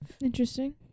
Interesting